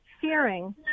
fearing